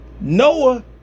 Noah